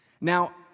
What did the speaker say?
Now